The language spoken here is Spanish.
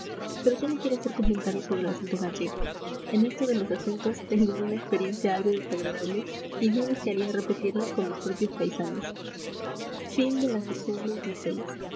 pero yo no quiero hacer comentarios sobre el acento gallego en esto de los acentos tengo una experiencia algo desagradable y no desearía repetirla con mis propios paisanos vii